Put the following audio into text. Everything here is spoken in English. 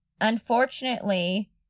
Unfortunately